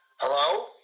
Hello